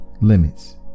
limits